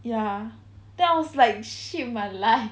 ya then I was like shit my life